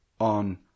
on